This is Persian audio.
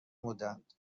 بودند